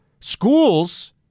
Schools